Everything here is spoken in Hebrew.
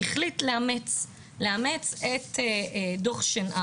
אבל בעיניי הוא מגלם היטב את מה שאנחנו מנסים לומר,